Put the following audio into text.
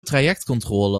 trajectcontrole